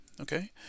okay